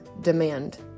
demand